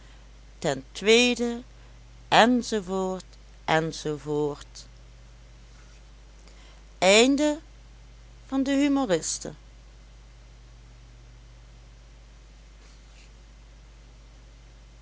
ten tweede enz enz